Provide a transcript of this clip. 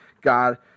God